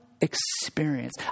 experience